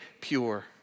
pure